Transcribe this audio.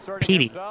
Petey